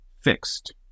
fixed